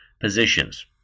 positions